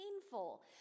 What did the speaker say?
painful